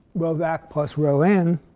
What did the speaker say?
rho vac plus rho n.